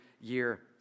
year